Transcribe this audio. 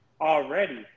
already